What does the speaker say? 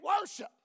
worship